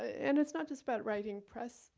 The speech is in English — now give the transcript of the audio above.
and it's not just about writing press,